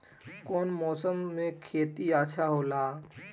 कौन मौसम मे खेती अच्छा होला?